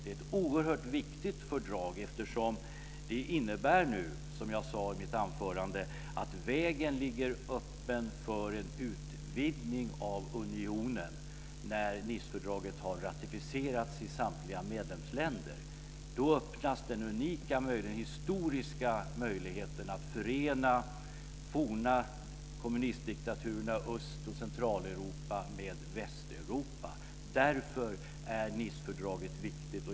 Det är ett oerhört viktigt fördrag eftersom det, som jag sade i mitt anförande, innebär att vägen ligger öppen för en utvidgning av unionen. När Nicefördraget har ratificerats i samtliga medlemsländer öppnas den unika, möjligen historiska, möjligheten att förena de forna kommunistdiktaturerna i Öst och Centraleuropa med Västeuropa. Därför är Nicefördraget viktigt.